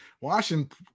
Washington